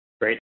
great